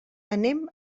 anem